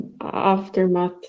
aftermath